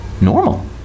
normal